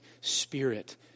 spirit